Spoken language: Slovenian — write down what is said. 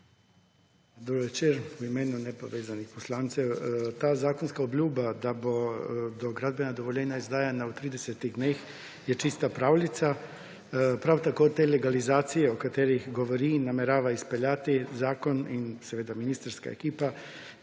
Dober večer v imenu Nepovezanih poslancev. Ta zakonska obljuba, da bodo gradbena dovoljenja izdajana v 30-ih dneh, je čista pravljica. Prav tako te legalizacije, o katerih govori in namerava izpeljati zakon in seveda ministrova ekipa,